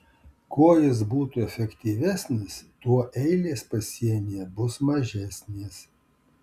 kuo jis būtų efektyvesnis tuo eilės pasienyje bus mažesnės